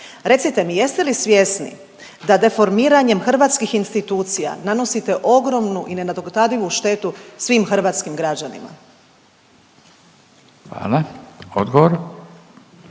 Recite mi jeste li svjesni da deformiranjem hrvatskih institucija nanosite ogromnu i nenadoknadivu štetu svim hrvatskim građanima. **Radin,